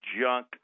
junk